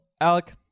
Alec